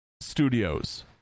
studios